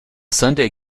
sunday